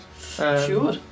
Sure